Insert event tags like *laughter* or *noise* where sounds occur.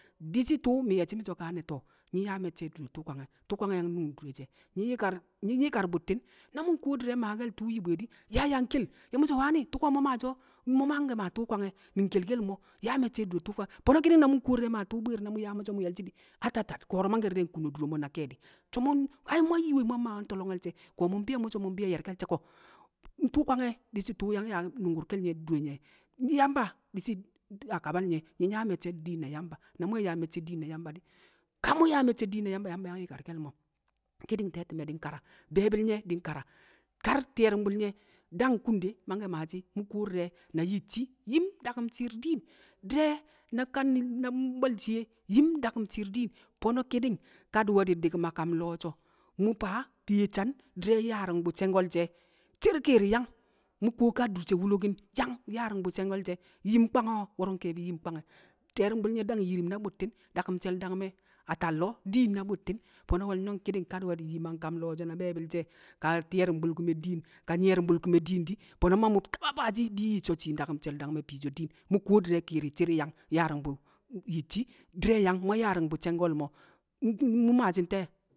Di̱shi̱ tu̱u̱ mi̱ ye̱shi̱ mi̱ so̱ to̱, nyi̱ yaa me̱cce̱ adure tu̱u̱ kwange̱, tu̱u̱ kwange̱ yang a nu̱ng dure she̱. Nyi̱ yi̱kar nyi̱ yi̱kar bu̱tti̱n, na mu̱ nkuwo di̱re̱ maake̱l tu̱u̱ nyi bu di, yaa yaa nkel ye̱ mu̱ so̱ wane, nke̱e̱bi̱ tu̱ko̱ mu̱ maashi̱ o̱, mu̱ mangke̱ maa tu̱u̱ kwange̱. Mi̱ nkelkel mo̱ yaa me̱cce̱ adure tu̱u̱ kwa. Fo̱no̱ ki̱ni̱ng na mu̱ nkuwo di̱re̱ maake̱l tu̱u̱ bwi̱i̱r na mu̱ nyaa mu̱ so̱ mu̱ nye̱rshi̱ di̱, atata, ko̱ro̱ mangke̱ di̱re̱ di̱ nkuno dure mo̱ na ke̱e̱di̱. So̱ mu̱n, ai̱ mu̱ nyiwe mu̱ mmaawe̱ nto̱lo̱nge̱l she̱, ko̱ mu̱ mbi̱yo̱ mu̱ mbi̱yo̱ko̱ nye̱rke̱l she̱ ko̱. Tu̱u̱ kwange̱ di̱ shi̱ tu̱u̱ yang yaa- nu̱ngku̱rke̱l nye̱ dure nyẹ Yamba a kabal nye̱. Nyi̱ yaa me̱cce̱ diin na Yamba. Na mu̱ we̱ yaa me̱cce̱ diin na Yamba di̱, ka mu̱ we̱ yaa me̱cce̱ diin na Yamba, Yamba yang yi̱karke̱l mo̱. Ki̱di̱ng te̱ti̱me̱ di̱ nkara, be̱e̱bi̱l nye̱ di̱ nkara. Ti̱ye̱ru̱mbu̱l nye̱ dang mangkẹ maashi̱ nangshi̱, mu̱ kuwo di̱rẹ na yicci daku̱m shi̱i̱r diin, Di̱rẹ na kan- na *hesitation* bwẹl shiye yim daku̱m shi̱i̱r diin Fo̱no̱ ki̱di̱ng kadi̱we̱di̱ di̱ki̱m a kam lo̱o̱ sho̱. Mu̱ faa, fiye nsan di̱, di̱re̱ nyaari̱ng bu̱ she̱ngko̱l she̱, ncer kere yang, mu̱ kuwo kaa dur she wulokin yang, nyaari̱ng bu̱ she̱ngo̱l she̱. Nyim kwango̱? Wo̱ro̱ nke̱e̱bi̱ yim kwange̱. Ti̱ye̱ru̱mbu̱l nye̱ dang yim na bu̱tti̱n daku̱m she̱l- dangme̱ a tallo̱ diin na bu̱tti̱n. Fo̱no̱ wo̱lyo̱ng ki̱di̱ng kadi̱we̱di̱ yim a nkam lo̱o̱ sho̱ diin na be̱e̱bi̱l she̱. Ka ti̱ye̱ru̱mbu̱l ku̱me̱ diin, ka nyi̱ye̱ru̱mbu̱l ku̱me̱ diin di̱, fo̱no̱ ma mu̱ taba faashi̱ di̱ nyi so̱ shii ndaku̱m she̱l- dangme̱ diin. Mu̱ kuwo di̱re̱ kere ncer yang, nyaari̱ng bu̱ *hesitation* yicci, di̱re̱ yang, mu̱ nyaari̱ng bu̱ she̱ngo̱l mo̱ *hesitation* mu̱ mmaashi̱ nte̱e̱?